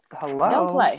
Hello